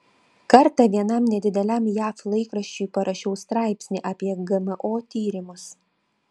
kartą vienam nedideliam jav laikraščiui parašiau straipsnį apie gmo tyrimus